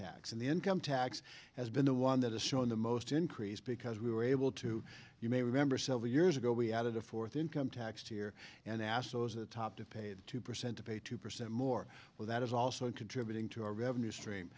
tax and the income tax has been the one that has shown the most increase because we were able to you may remember several years ago we added a fourth income tax here and asked so as a top to pay the two percent to pay two percent more well that is also contributing to our revenue stream